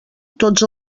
tots